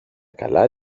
καλά